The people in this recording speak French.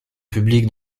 public